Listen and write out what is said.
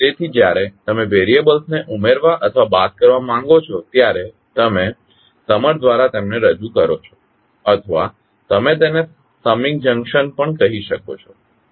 તેથી જ્યારે તમે વેરીયબલ્સ ને ઉમેરવા અથવા બાદ કરવા માંગો છો ત્યારે તમે સમર દ્વારા તેમને રજૂ કરો છો અથવા તમે તેને સમિંગ જંકશન પણ કહી શકો છો